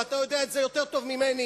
ואתה יודע את זה יותר טוב ממני.